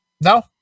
No